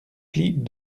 plis